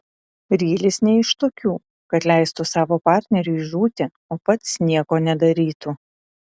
rylis ne iš tokių kad leistų savo partneriui žūti o pats nieko nedarytų